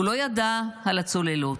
הוא לא ידע על הצוללות,